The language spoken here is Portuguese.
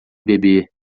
beber